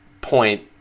point